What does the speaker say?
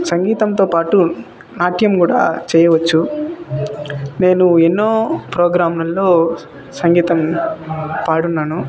సంగీతంతో పాటు నాట్యం కూడా చేయవచ్చు నేను ఎన్నో ప్రోగ్రాముల్లో సంగీతం పాడున్నాను